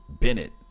Bennett